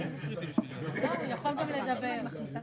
התייעצנו כולנו באופוזיציה כל מי שהגיש